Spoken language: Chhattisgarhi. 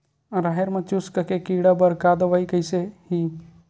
राहेर म चुस्क के कीड़ा बर का दवाई कइसे ही?